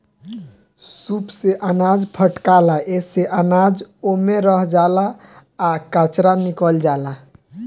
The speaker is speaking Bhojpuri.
सूप से अनाज फटकाला एसे अनाज ओमे रह जाला आ कचरा निकल जाला